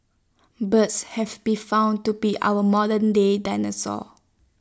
birds have been found to be our modernday dinosaurs